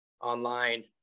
online